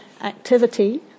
activity